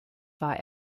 war